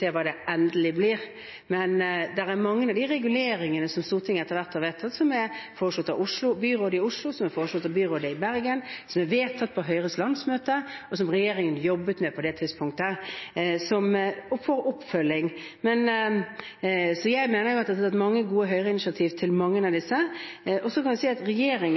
hva det endelige blir, men det er mange av de reguleringene som Stortinget etter hvert har vedtatt, som er foreslått av byrådet i Oslo, som er foreslått av byrådet i Bergen, som er vedtatt på Høyres landsmøte, og som regjeringen jobbet med på det tidspunktet, som får oppfølging. Så jeg mener at det har vært mange gode Høyre-initiativ til mange av disse. Så kan en si at regjeringen